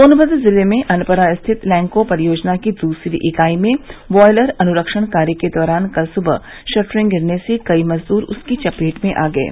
सोनमद्र ज़िले में अनपरा स्थित लैंको परियोजना की दूसरी इकाई में ब्वायलर अनुरक्षण कार्य के दौरान कल सुबह शटरिंग गिरने से कई मजदूर उसकी चपेट में आ गये